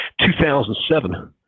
2007